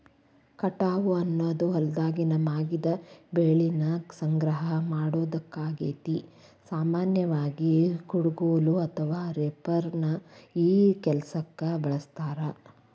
ಕಟಾವು ಅನ್ನೋದು ಹೊಲ್ದಾಗಿನ ಮಾಗಿದ ಬೆಳಿನ ಸಂಗ್ರಹ ಮಾಡೋದಾಗೇತಿ, ಸಾಮಾನ್ಯವಾಗಿ, ಕುಡಗೋಲು ಅಥವಾ ರೇಪರ್ ನ ಈ ಕೆಲ್ಸಕ್ಕ ಬಳಸ್ತಾರ